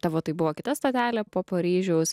tavo tai buvo kita stotelė po paryžiaus